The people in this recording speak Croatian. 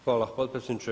Hvala potpredsjedniče.